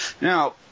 Now